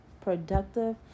productive